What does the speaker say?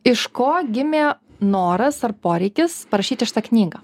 iš ko gimė noras ar poreikis parašyti šitą knygą